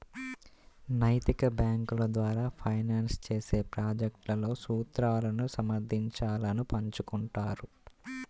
నైతిక బ్యేంకుల ద్వారా ఫైనాన్స్ చేసే ప్రాజెక్ట్లలో సూత్రాలను సమర్థించాలను పంచుకుంటారు